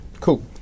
Cool